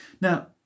Now